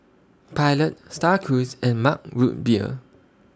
Pilot STAR Cruise and Mug Root Beer